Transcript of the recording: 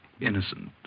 innocent